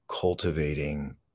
cultivating